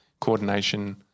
coordination